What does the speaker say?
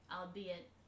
albeit